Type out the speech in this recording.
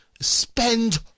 Spend